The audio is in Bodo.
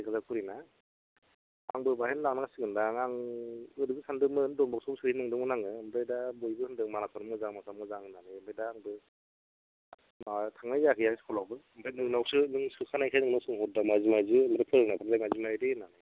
एक हाजार खरिना आंबो बेवहायनो लानांसिगोन दां आं ओरैबो सान्दोंमोन डन बस्क'याव सोहैनो नंदोंमोन आङो ओमफ्राय दा बयबो होनदों मानासानो मोजां मानासानो मोजां होननानै ओमफ्राय दा आंबो थांनाय जायाखै स्कुलावबो ओमफ्राय नोंनावसो नों सोखानायखाय नोंनाव सोंहरदां माबादि माबादि नों फोरोंनायखाय माबादि माबादि होननानै